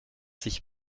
sich